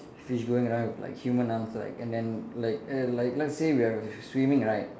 fish going around with like human arms like and then like err like let's say we are swimming right